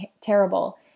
terrible